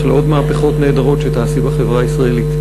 לעוד מהפכות נהדרות שתעשי בחברה הישראלית.